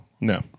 No